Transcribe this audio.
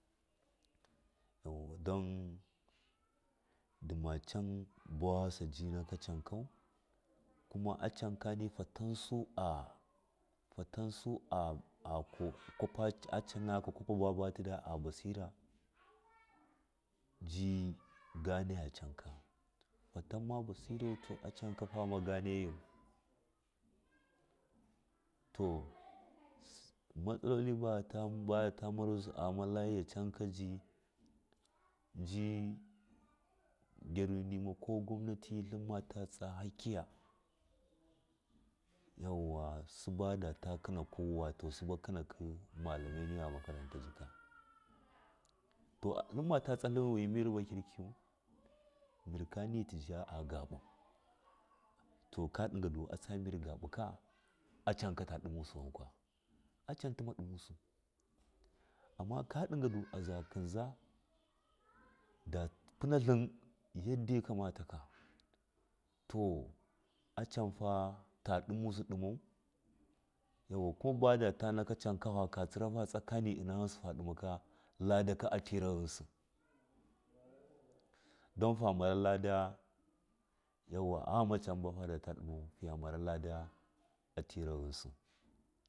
yauwa don dima can bawasa jinaka cankau kuma acan kani fatansu a fatansa a kokari acanka kwafa tida a basira ji ganaya canka fantama basirau acanka fama ganeyau to masalali ba ta bata marisu a hama layina acanka ji ji gyarunima ko gwamnati tlin mata tsa haiya yauwa suba data kɨnakawa wato suba kinakɨ wato mallamai niya makaranta tlima tatatlin wi mɨr ba kɨrkiyu mɨr kani tija gaɓuka acanka ta ɗimusi wankwa amma ka ɗigadu aza kɨnza da funatlin yadda gaka mata ka acanfa ta ɗimai yauwa ko bada ta naka canka haka tsirahu tsakanihu ufu ghɨnjike lave ka atira ghɨnsi don hamara lada yauwa aghama can bafadatu ɗimaka fa mara lada tira ghɨnsi.